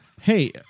Hey